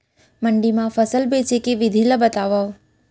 मंडी मा फसल बेचे के विधि ला बतावव?